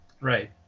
Right